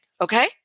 Okay